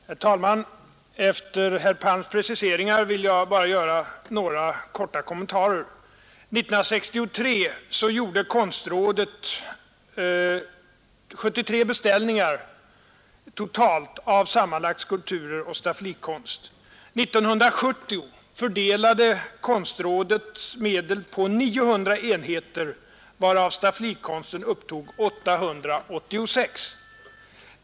Herr talman! Efter herr Palms preciseringar vill jag bara göra några korta kommentarer. År 1963 gjorde konstrådet totalt 73 beställningar av skulpturer och stafflikonst. År 1970 fördelade konstrådet medel till 900 enheter, varav stafflikonsten upptog 886.